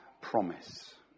promise